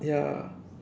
ya